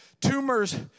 Tumors